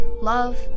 love